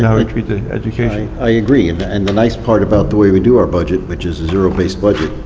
yeah we treat their education. i agree, and and the nice part about the way we do our budget, which is a zero based budget,